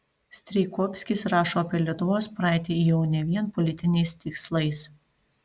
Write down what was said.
strijkovskis rašo apie lietuvos praeitį jau ne vien politiniais tikslais